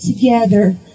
together